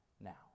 now